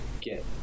get